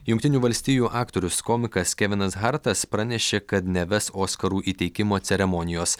jungtinių valstijų aktorius komikas kevinas hartas pranešė kad neves oskarų įteikimo ceremonijos